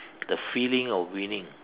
the feeling of winning